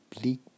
bleak